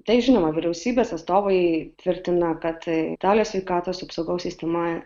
tai žinoma vyriausybės atstovai tvirtina kad italijos sveikatos apsaugos sistema